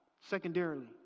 Secondarily